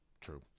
true